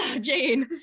Jane